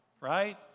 Right